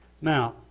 Now